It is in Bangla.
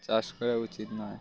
চাষ করা উচিত নয়